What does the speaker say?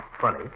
Funny